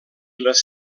les